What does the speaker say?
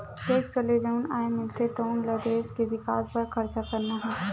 tax ले जउन आय मिलथे तउन ल देस के बिकास बर खरचा करना होथे